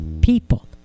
people